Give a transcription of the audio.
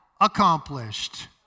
accomplished